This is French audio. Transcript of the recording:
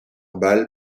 balle